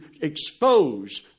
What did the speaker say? expose